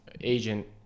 agent